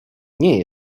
nie